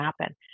happen